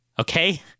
okay